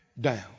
Down